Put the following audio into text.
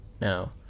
now